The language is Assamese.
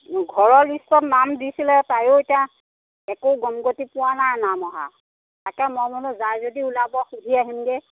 ঘৰৰ লিষ্টত নাম দিছিলে তায়ো এতিয়া একো গম গতি পোৱা নাই নাম অহা তাকে মই বোলো যায় যদি ওলাব সুধি আহিমগৈ